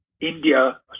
India